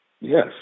Yes